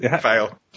Fail